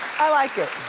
i like it.